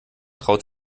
traut